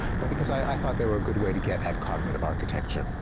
but because i thought they were a good way to get at cognitive architecture.